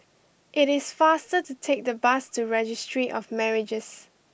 it is faster to take the bus to Registry of Marriages